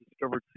discovered